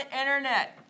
internet